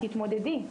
'תתמודדי,